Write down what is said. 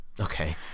Okay